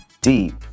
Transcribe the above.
deep